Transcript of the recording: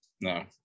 No